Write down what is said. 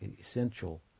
essential